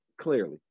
Clearly